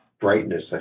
brightness